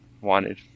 wanted